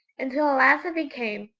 until at last it became,